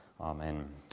Amen